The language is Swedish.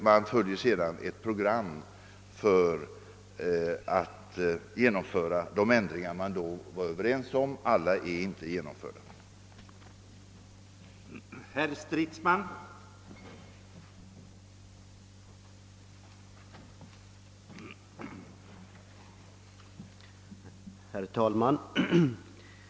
Man följer nu ett program för de ändringar man då var överens om men alla är inte genomförda ännu.